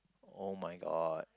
[oh]-my-god